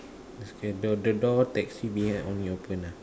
okay the the door taxi behind only open ah